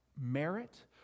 merit